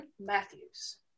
Matthews